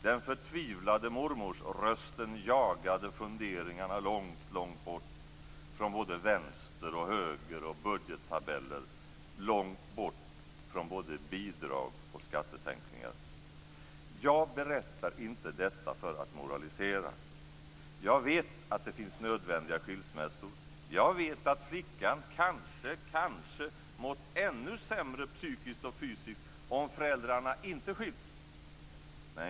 Den förtvivlade mormorsrösten jagade funderingarna långt bort från både vänster och höger och budgettabeller, långt bort från både bidrag och skattesänkningar. Jag berättar inte detta för att moralisera. Jag vet att det finns nödvändiga skilsmässor. Jag vet att flickan kanske hade mått ännu sämre psykiskt och fysiskt om föräldrarna inte hade skilts.